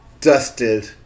dusted